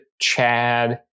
Chad